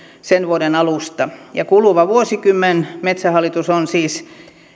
sen vuoden alusta ja kuluvan vuosikymmenen metsähallitus on siis